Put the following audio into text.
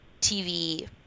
tv